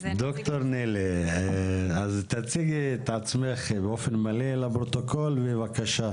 כדי לתת איזה שהוא נתון מייצג.